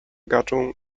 gattung